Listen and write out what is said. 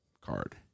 card